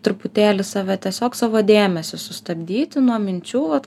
truputėlį save tiesiog savo dėmesiu sustabdyti nuo minčių vat